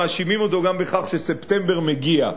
ומאשימים אותו גם בכך שספטמבר מגיע.